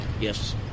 Yes